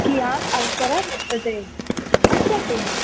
कियान् अवकरः वर्तते पश्यतु